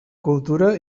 cultura